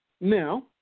Now